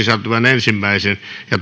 ensimmäiseen